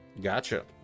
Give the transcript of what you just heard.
Gotcha